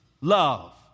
love